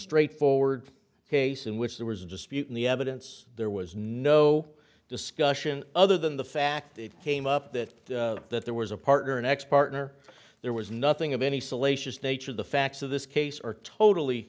straightforward case in which there was a dispute in the evidence there was no discussion other than the fact it came up that that there was a partner an ex partner there was nothing of any salacious nature the facts of this case are totally